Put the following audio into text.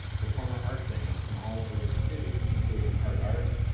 to former art venues from all over the city including heart art,